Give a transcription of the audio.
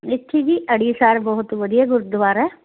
ਇੱਥੇ ਜੀ ਅੜੀਸਰ ਬਹੁਤ ਵਧੀਆ ਗੁਰਦੁਆਰਾ